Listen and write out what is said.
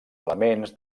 elements